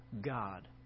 God